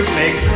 make